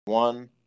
one